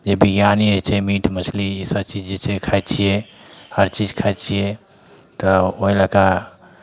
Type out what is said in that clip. जे बिरयानी होइ छै मीट मछली इसभ चीज जे छै खाइ छियै हर चीज खाइ छियै तऽ ओहि लऽ कऽ